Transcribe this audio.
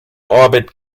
orbit